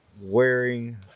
wearing